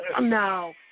No